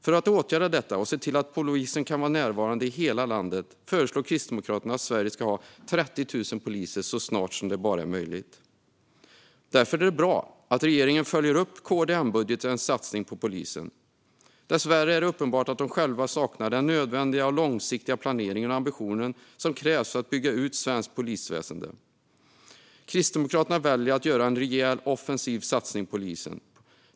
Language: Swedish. För att åtgärda detta och se till att polisen kan vara närvarande i hela landet föreslår Kristdemokraterna att Sverige ska ha 30 000 poliser så snart som det bara är möjligt. Därför är det bra att regeringen följer upp KD-M-budgetens satsning på polisen. Dessvärre är det uppenbart att de själva saknar den nödvändiga och långsiktiga planering och ambition som krävs för att bygga ut svenskt polisväsen. Kristdemokraterna väljer att göra en rejäl, offensiv satsning på polisen.